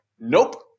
Nope